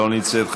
לא נמצאת,